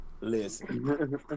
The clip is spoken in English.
Listen